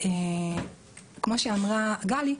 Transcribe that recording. כמו שאמרה גלי,